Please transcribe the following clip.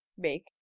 bake